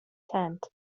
tent